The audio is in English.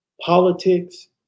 politics